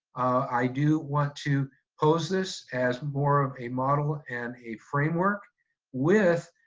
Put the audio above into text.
i do want to pose this as more of a model and a framework with